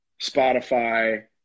spotify